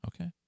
Okay